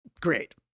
Great